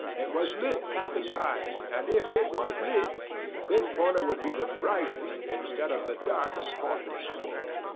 it was lit at the time, and if it was lit this corner would be the brightest instead of the darkest portion of the wall.